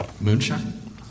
Moonshine